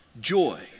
joy